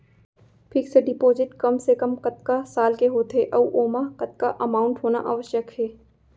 Fix deposit कम से कम कतका साल के होथे ऊ ओमा कतका अमाउंट होना आवश्यक हे?